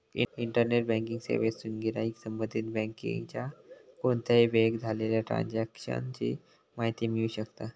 internet banking सेवेतसून गिराईक संबंधित बँकेच्या कोणत्याही वेळेक झालेल्या ट्रांजेक्शन ची माहिती मिळवू शकता